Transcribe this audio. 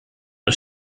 was